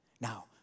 Now